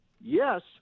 yes